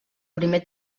primer